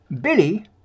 Billy